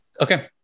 Okay